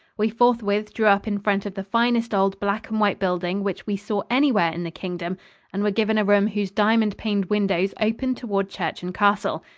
we forthwith drew up in front of the finest old black and white building which we saw anywhere in the kingdom and were given a room whose diamond-paned windows opened toward church and castle.